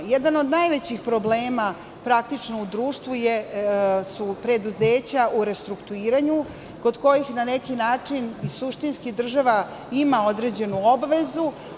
Jedan od najvećih problema praktično u društvu su preduzeća u restrukturiranju, kod kojih na neki način suštinski država ima određenu obavezu.